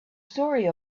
story